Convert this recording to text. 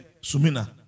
sumina